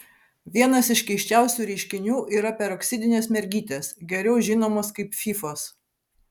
vienas iš keisčiausių reiškinių yra peroksidinės mergytės geriau žinomos kaip fyfos